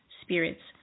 spirits